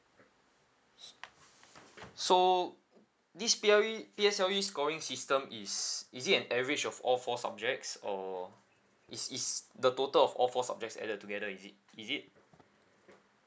so this P_L_E P_S_L_E scoring system is is it an average of all four subjects or is is the total of all four subjects added together is it is it